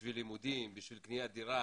בשביל לימודים, בשביל קניית דירה,